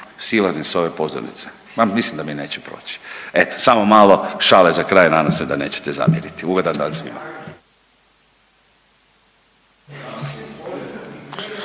silazim s ove pozornice, ma mislim da mi neće proći. Eto samo malo šale za kraj, nadam se da nećete zamjeriti. Ugodan dan svima.